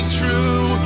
true